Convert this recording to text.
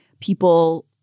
people